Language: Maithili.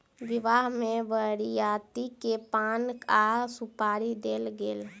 विवाह में बरियाती के पान आ सुपारी देल गेल